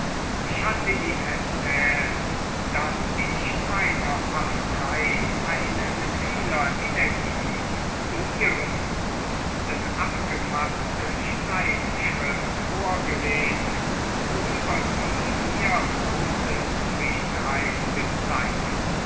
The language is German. ich hatte ihm erzählt daß ich meiner partei eine mit vieler energie zu ihren gunsten abgefaßte streitschrift vorgelesen worüber sie mir große zufriedenheit bezeigt